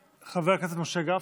חבר הכנסת משה גפני,